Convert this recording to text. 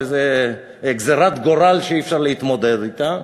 איזו גזירת גורל שאי-אפשר להתמודד אתה.